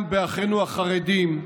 גם באחינו החרדים,